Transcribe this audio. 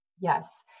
Yes